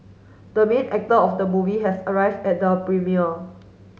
the main actor of the movie has arrived at the premiere